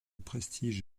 prestige